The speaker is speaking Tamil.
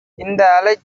இந்த